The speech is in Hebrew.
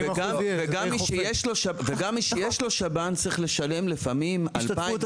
וגם מי שיש לו שב"ן צריך לשלם לפעמים 2,000,